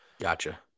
Gotcha